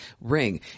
ring